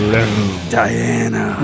Diana